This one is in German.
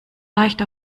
leicht